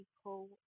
people